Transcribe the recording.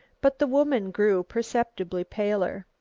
but the woman grew perceptibly paler.